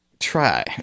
try